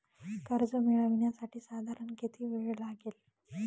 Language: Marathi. कर्ज मिळविण्यासाठी साधारण किती वेळ लागेल?